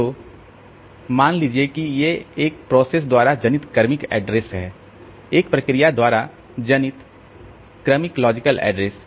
तो मान लीजिए कि ये एक प्रोसेस द्वारा जनित क्रमिक एड्रेस हैं एक प्रक्रिया द्वारा जनित क्रमिक लॉजिकल ऐड्रेस